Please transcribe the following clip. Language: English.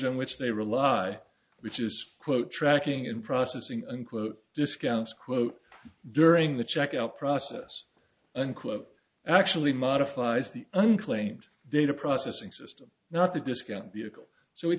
in which they rely which is quote tracking and processing unquote discounts quote during the checkout process unquote actually modifies the unclaimed data processing system not the discount vehicle so we